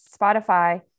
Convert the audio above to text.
Spotify